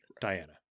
Diana